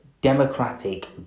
democratic